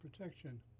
protection